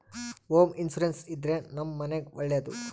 home insurance ಇದ್ರೆ ನಮ್ ಮನೆಗ್ ಒಳ್ಳೇದು